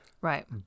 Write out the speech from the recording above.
Right